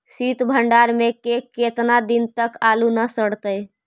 सित भंडार में के केतना दिन तक आलू न सड़तै?